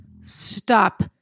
stop